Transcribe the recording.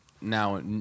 now